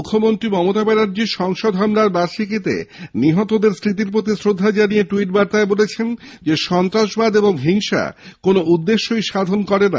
মুখ্যমন্ত্রী মমতা ব্যানার্জী সংসদ হামলার বার্ষিকীতে নিহতদের স্মৃতির প্রতি শ্রদ্ধা জানিয়ে ট্যুইটবার্তায় বলেছেন সন্ত্রাসবাদ ও হিংসা কোনো উদ্দেশ্যই সাধন করে না